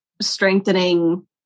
strengthening